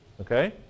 Okay